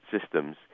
systems